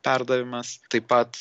perdavimas taip pat